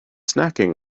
snacking